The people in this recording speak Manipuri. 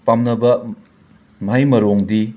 ꯄꯥꯝꯅꯕ ꯃꯍꯩ ꯃꯔꯣꯡꯗꯤ